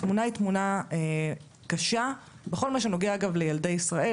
התמונה היא תמונה קשה בכל מה שנוגע לילדי ישראל,